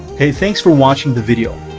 hey, thanks for watching the video.